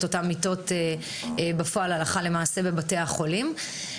אותן מיטות בפועל הלכה למעשה בבתי החולים.